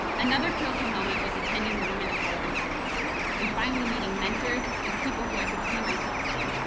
another critical moment was attending the women of color empowerment dinner and finally meeting mentors and people who i could see myself in.